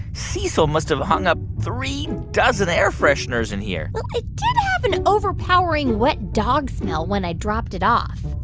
cecil must have hung up three dozen air fresheners in here well, it did have an overpowering wet dog smell when i dropped it off